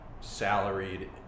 salaried